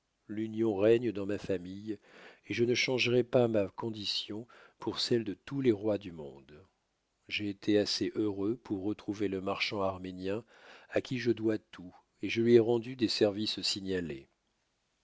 l'union règne dans ma famille et je ne changerois pas ma condition pour celle de tous les rois du monde j'ai été assez heureux pour retrouver le marchand arménien à qui je dois tout et je lui ai rendu des services signalés